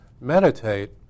meditate